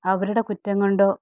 അവരുടെ കുറ്റം കൊണ്ടോ